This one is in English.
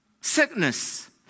sickness